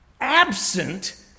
absent